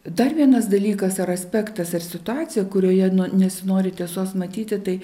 dar vienas dalykas ar aspektas ir situacija kurioje nesinori tiesos matyti tai